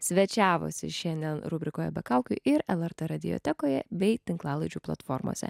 svečiavosi šiandien rubrikoje be kaukių ir lrt radiotekoje bei tinklalaidžių platformose